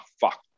fuck